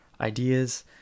ideas